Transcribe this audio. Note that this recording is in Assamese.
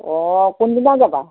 অ কোনদিনা যাবা